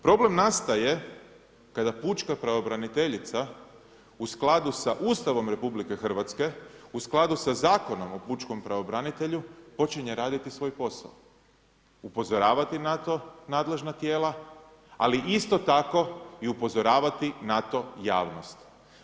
Problem nastaje, kada pučka pravobraniteljica, u skladu s Ustavom RH, u skladu s Zakonom o pučkom pravobranitelju počinje raditi svoj posao, upozoravati na to nadležna tijela, ali isto tako i upozoravati na to javnost.